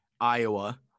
Iowa